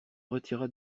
retira